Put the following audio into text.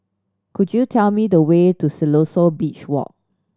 could you tell me the way to Siloso Beach Walk